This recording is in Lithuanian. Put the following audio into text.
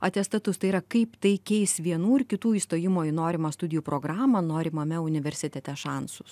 atestatus tai yra kaip tai keis vienų ir kitų įstojimo į norimą studijų programą norimame universitete šansus